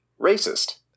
Racist